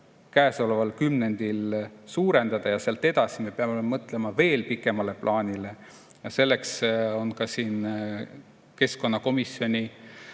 käesoleval kümnendil suurendada ja sealt edasi me peame mõtlema veel pikemale plaanile. Selleks on ka siin keskkonnakomisjoni